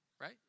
right